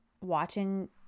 watching